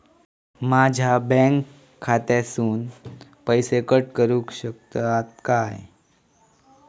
माझ्या बँक खात्यासून पैसे कट करुक शकतात काय?